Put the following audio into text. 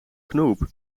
knoop